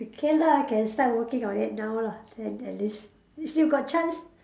can lah can start working on it now lah then at least you still got chance